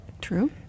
True